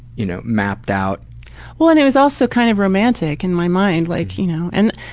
you know, mapped out' well, and it was also kind of romantic in my mind like you know, and,